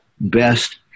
best